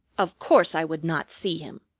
of course i would not see him,